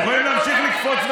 אתם יכולים להמשיך לקפוץ,